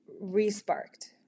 re-sparked